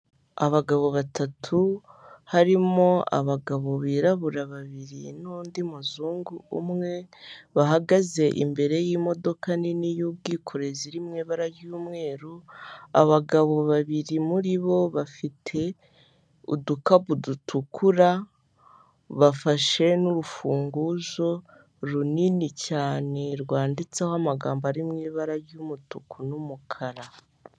Abagabo batatu harimo abagabo birabura babiri nundi muzungu umwe bahagaze imbere y'imodoka nini y'ubwikorezi iri mu ibara ry'umweru abagabo babiri muri bo bafite udukapu dutukura bafashe n'urufunguzo runini cyane rwanditseho amagambo ari mu ibara ry'umutuku numukara.